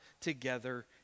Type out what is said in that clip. together